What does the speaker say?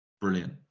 brilliant